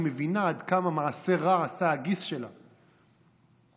מבינה עד כמה עשה הגיס שלה מעשה רע.